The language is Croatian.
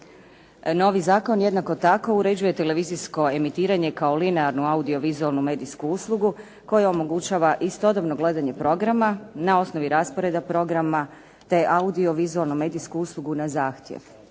Novi zakon jednako tako uređuje televizijsko emitiranje kao linearnu audiovizualnu medijsku uslugu, koji omogućava istodobno gledanje programa na osnovi rasporeda programa, te audiovizualnu medijsku uslugu na zahtjev,